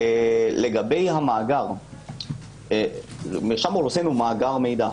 לגבי המאגר, מרשם האוכלוסין הוא מאגר מידע.